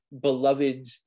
beloved